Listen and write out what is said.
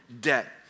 debt